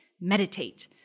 meditate